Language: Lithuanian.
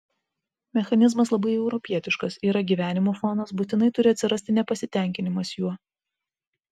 mechanizmas labai europietiškas yra gyvenimo fonas būtinai turi atsirasti nepasitenkinimas juo